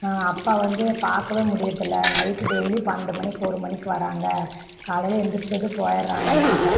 அப்பா வந்து பார்க்கவே முடியறதில்ல நைட்டு டெயிலியும் பன்னெரெண்டு மணிக்கி ஒரு மணிக்கி வர்றாங்க காலையில் எழுந்துருச்சதும் போயிடறாங்கம்மா